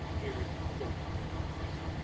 here is a quote from his book.